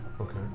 Okay